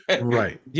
Right